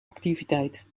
activiteit